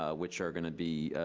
ah which are gonna be,